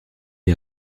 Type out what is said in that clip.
est